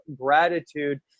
gratitude